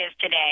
today